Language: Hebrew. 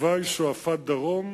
בתוואי שועפאט דרום,